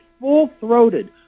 full-throated